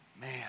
man